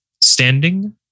standing